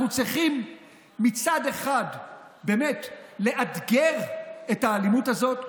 אנחנו צריכים מצד אחד לאתגר את האלימות הזאת,